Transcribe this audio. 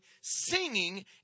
singing